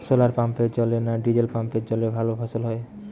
শোলার পাম্পের জলে না ডিজেল পাম্পের জলে ভালো ফসল হয়?